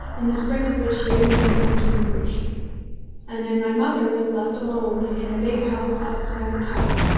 in the spring of which year we had come to bruges and then my mother was left alone in a big house outside the town,